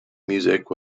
music